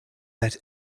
let